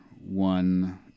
one